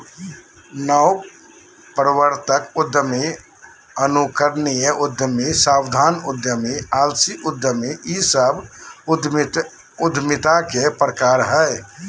नवप्रवर्तक उद्यमी, अनुकरणीय उद्यमी, सावधान उद्यमी, आलसी उद्यमी इ सब उद्यमिता के प्रकार हइ